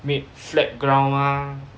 made flat ground mah